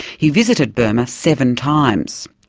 he visited burma seven times.